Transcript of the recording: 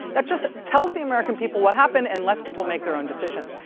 that just tells the american people what happened and let's people make their own decisions.